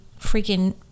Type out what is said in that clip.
freaking